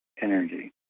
energy